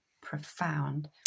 profound